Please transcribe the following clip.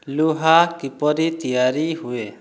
ଲୁହା କିପରି ତିଆରି ହୁଏ